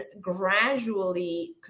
gradually